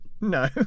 No